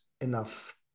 enough